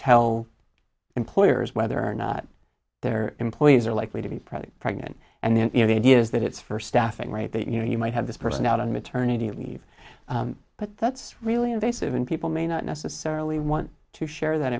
tell employers whether or not their employees are likely to be present pregnant and then you know the idea is that it's for staffing right that you know you might have this person out on maternity leave but that's really invasive and people may not necessarily want to share that